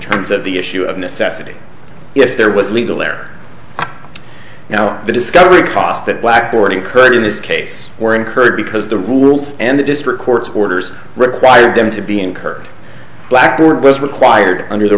terms of the issue of necessity if there was legal error you know the discovery process that blackboard occurred in this case were incurred because the rules and the district court orders require them to be incurred blackboard was required under the